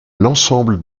l’ensemble